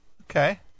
Okay